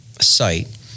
Site